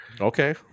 Okay